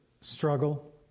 struggle